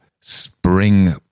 spring